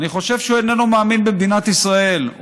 אני חושב שהוא איננו מאמין במדינת ישראל.